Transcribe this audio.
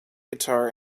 guitar